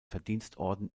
verdienstorden